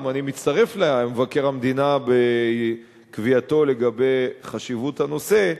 אני מצטרף למבקר המדינה בקביעתו לגבי חשיבות הנושא,